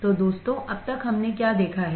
तो दोस्तों अब तक हमने क्या देखा है